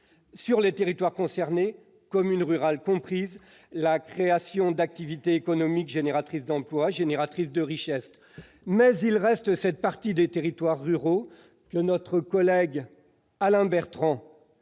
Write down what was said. sur les territoires concernés- communes rurales comprises -, le développement d'activités économiques génératrices d'emplois et de richesses. Mais il reste cette partie des territoires ruraux que notre collègue Alain Bertrand